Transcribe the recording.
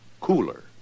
Cooler